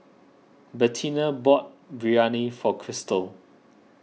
Bettina bought Biryani for Chrystal